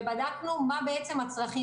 ובדקנו מה הצרכים.